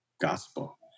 gospel